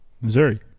missouri